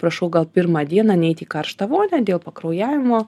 prašau gal pirmą dieną neit į karštą vonią dėl pakraujavimo